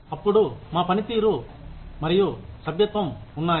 అప్పుడు మా పనితీరు మరియు సభ్యత్వం ఉన్నాయి